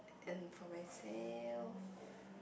and from myself